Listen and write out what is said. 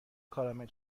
کارامل